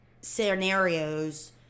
scenarios